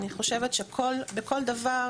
אני חושבת שבכל דבר,